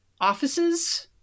offices